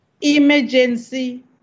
emergency